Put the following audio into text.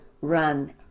run